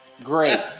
great